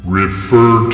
refer